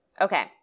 Okay